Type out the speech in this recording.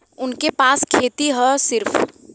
उनके पास खेती हैं सिर्फ